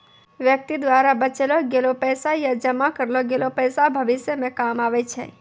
व्यक्ति द्वारा बचैलो गेलो पैसा या जमा करलो गेलो पैसा भविष्य मे काम आबै छै